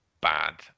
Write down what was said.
bad